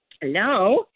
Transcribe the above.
Hello